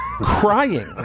Crying